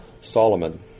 Solomon